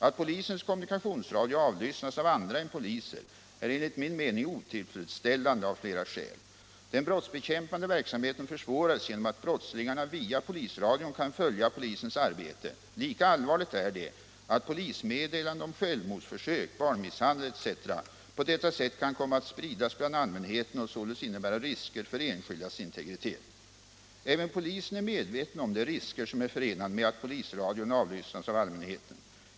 Att polisens kommunikationsradio avlyssnas av andra än poliser är enligt min mening otillfredsställande av flera skäl. Den brottsbekämpande verksamheten försvåras genom att brottslingarna via polisradion kan följa polisens arbete. Lika allvarligt är det att polismeddelanden om självmordsförsök, barnmisshandel etc. på detta sätt kan komma att spridas bland allmänheten och således innebära risker för enskildas integritet. Även polisen är medveten om de risker som är förenade med att polisradion avlyssnas av allmänheten.